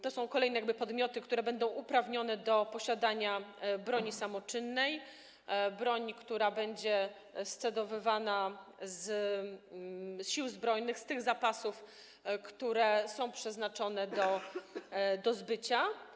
To są kolejne podmioty, które będą uprawnione do posiadania broni samoczynnej, broni, która będzie scedowywana z Sił Zbrojnych, z tych zapasów, które są przeznaczone do zbycia.